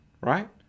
right